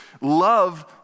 love